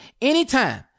anytime